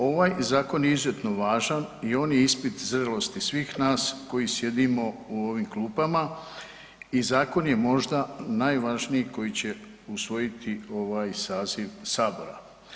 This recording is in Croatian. Ovaj Zakon je izuzetno važan i on je ispit zrelosti svih nas koji sjedimo u ovim klupama i Zakon je možda najvažniji koji će usvojiti ovaj saziv Sabora.